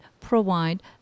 provide